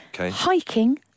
Hiking